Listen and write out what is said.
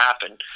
happen